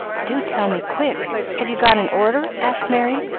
do tell me, quick have you got an order? asked merry,